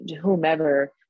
whomever